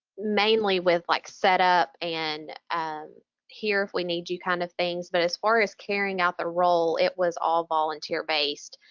mainly with like setup and here if we need to kind of things, but as far as carrying out the role it was all volunteer-based.